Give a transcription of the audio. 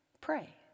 pray